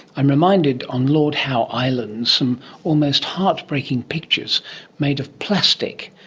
i'm reminded on lord howe island some almost heartbreaking pictures made of plastic,